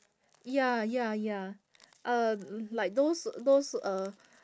ya ya ya uh like those those uh